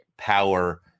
power